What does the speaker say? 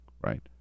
right